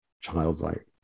childlike